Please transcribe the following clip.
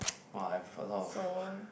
!wah! I've a lot of